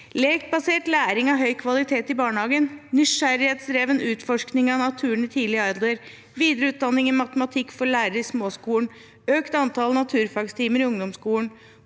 Lekbasert læring av høy kvalitet i barnehagen, nysgjerrighetsdrevet utforskning av naturen fra tidlig alder, videreutdanning i matematikk for lærere i småskolen, økt antall naturfagstimer i ungdomsskolen,